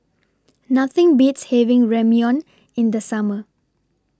Nothing Beats having Ramyeon in The Summer